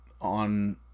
on